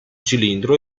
cilindro